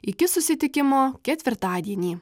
iki susitikimo ketvirtadienį